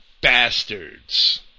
bastards